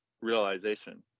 realization